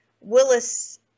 Willis